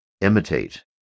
imitate